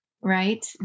right